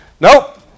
Nope